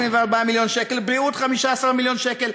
24 מיליון שקל,